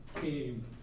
came